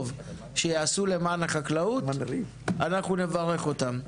שיעשו למען החקלאות אנחנו נברך אותם.